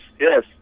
yes